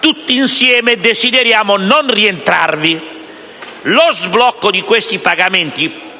tutti insieme desideriamo non rientrarvi. Come è noto, lo sblocco di questi pagamenti, per la